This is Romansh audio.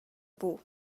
buc